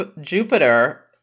Jupiter